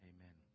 Amen